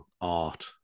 art